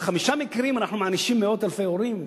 על חמישה מקרים אנחנו מענישים מאות אלפי הורים?